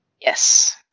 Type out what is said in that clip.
Yes